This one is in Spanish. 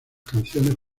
canciones